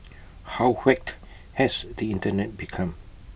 how whacked has the Internet become